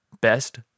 best